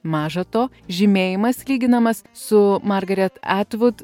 maža to žymėjimas lyginamas su margaret etvud